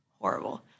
horrible